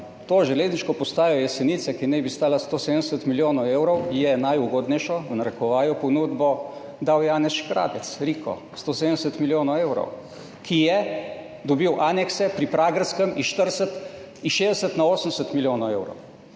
za železniško postajo Jesenice, ki naj bi stala 170 milijonov evrov, je »najugodnejšo«, v narekovajih, ponudbo dal Janez Škrabec, Riko, 170 milijonov evrov, ki je dobil anekse pri Pragerskem za s 60 na 80 milijonov evrov.